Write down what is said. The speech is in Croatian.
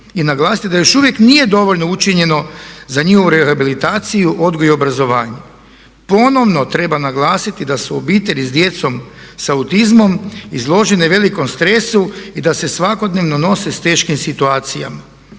I naglasiti da još uvijek nije dovoljno učinjeno za njihovu rehabilitaciju, odgoj i obrazovanje. Ponovno treba naglasiti da su obitelji sa djecom sa autizmom izložene velikom stresu i da se svakodnevno nose sa teškim situacijama.